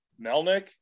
Melnick